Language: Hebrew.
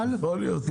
יכול להיות.